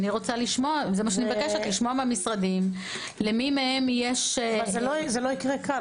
אני מבקשת לשמוע מהמשרדים- - זה לא יקרה כאן.